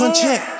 check